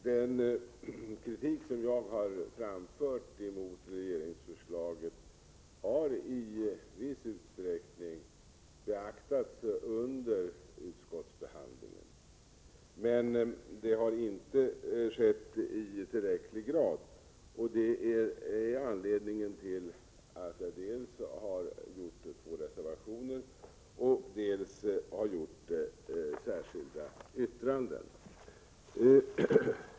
Herr talman! Den kritik som jag har framfört mot regeringsförslaget har i viss utsträckning beaktats under utskottsbehandlingen. Men det har inte skett i tillräcklig grad. Och detta är anledningen till att jag dels har avgivit tre reservationer, dels har lämnat särskilda yttranden.